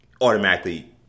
automatically